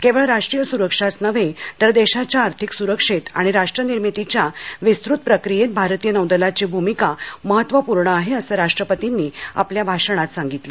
केवळ राष्ट्रीय सुरक्षाच नव्हे तर देशाच्या आर्थिक सुरक्षेत आणि राष्ट्रनिर्मितीच्या विस्तृत प्रक्रियेत भारतीय नौदलाची भूमिका महत्त्वपूर्ण आहे असं राष्ट्रपतींनी आपल्या भाषणात सांगितलं